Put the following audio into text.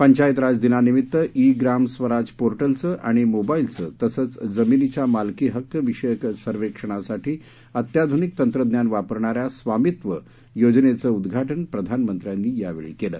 पंचायतराज दिनानिमित्त ई ग्राम स्वराज पोर्टलचं आणि मोबाईलचं तसंच जमिनीच्या मालकीहक्क विषयक सर्वेक्षणासाठी अत्याधुनिक तंत्रज्ञान वापरणाऱ्या स्वामित्व योजनेचं उद्वाटन प्रधानमंत्र्यांनी यावेळी केलं